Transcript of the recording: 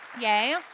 Yay